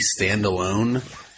standalone